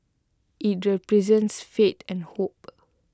IT represents faith and hope